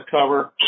cover